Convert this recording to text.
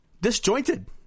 disjointed